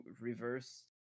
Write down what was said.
reverse